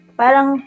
parang